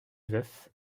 veuf